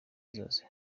zose